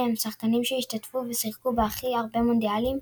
הם השחקנים שהשתתפו ושיחקו בהכי הרבה מונדיאלים,